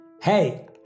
Hey